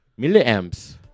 Milliamps